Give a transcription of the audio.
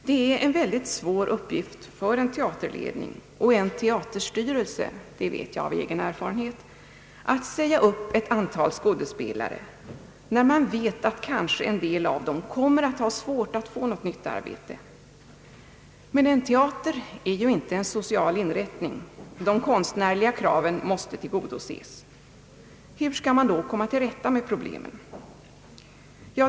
Det är en väldigt svår uppgift för en teaterledning och en teaterstyrelse — det vet jag av egen erfarenhet — att säga upp ett antal skådespelare, när man vet att en del av dem kommer att ha svårt att få något nytt arbete. Men en teater är ju inte en social inrättning. De konstnärliga kraven måste tillgodoses. Hur skall man då komma till rätta med de här problemen?